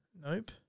Nope